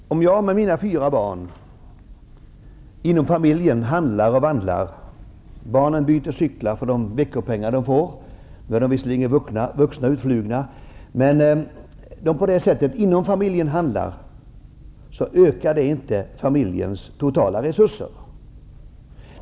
Herr talman! Om jag och mina fyra barn handlar och vandlar inom familjen, och barnen byter cyklar -- barnen är numera vuxna och utflugna -- ökar inte detta familjens totala resurser.